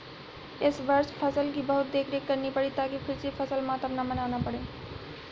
इस वर्ष फसल की बहुत देखरेख करनी पड़ी ताकि फिर से फसल मातम न मनाना पड़े